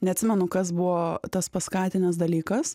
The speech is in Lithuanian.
neatsimenu kas buvo tas paskatinęs dalykas